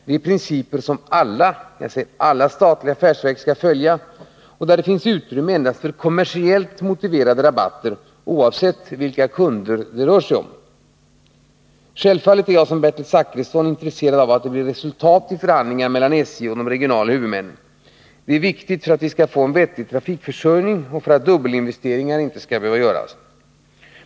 Det är principer som alla statliga affärsverk skall följa och där det finns utrymme endast för kommersiellt motiverade rabatter oavsett vilka kunder det rör sig om. Självfallet är jag, som Bertil Zachrisson, intresserad av att det blir resultat i förhandlingarna mellan SJ och de regionala huvudmännen. Detta är viktigt för att vi skall få en vettig trafikförsörjning och för att dubbelinvesteringar skall undvikas.